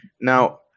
now